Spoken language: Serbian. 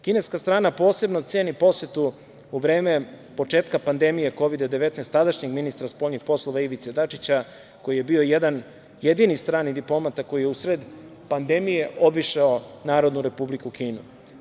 Kineska strana posebno ceni posetu u vreme početka pandemije Kovid-19, tadašnjeg ministra spoljnih poslova Ivice Dačića, koji je bio jedini strani diplomata koji je u sred pandemije obišao Narodnu Republiku Kinu.